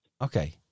Okay